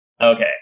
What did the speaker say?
Okay